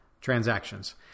transactions